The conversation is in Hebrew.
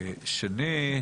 הדבר השני,